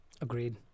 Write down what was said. agreed